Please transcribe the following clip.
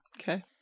Okay